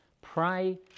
pray